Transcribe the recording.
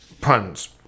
puns